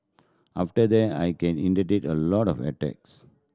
after that I can a lot of attacks